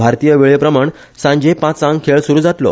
भारतीय वेळेप्रमाण सांजे पाचांक खेळ सुरू जातलो